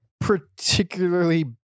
particularly